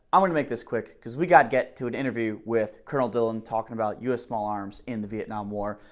i wanna make this quick. cause we gotta get to an interview with colonel dylan talking about us small arms in the vietnam war.